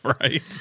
Right